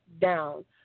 down